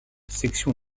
section